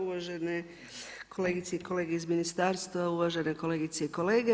Uvažene kolegice i kolege iz ministarstva, uvažene kolegice i kolege.